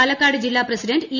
പാലക്കാട് ജില്ലാ president E